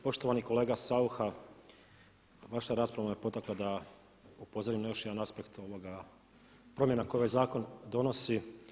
Poštovani kolega Saucha vaša rasprava me potakla da upozorim na još jedan aspekt promjena koje ovaj zakon donosi.